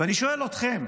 ואני שואל אתכם,